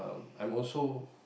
I'm also